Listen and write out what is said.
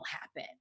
happen